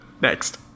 Next